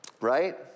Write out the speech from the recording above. right